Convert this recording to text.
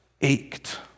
ached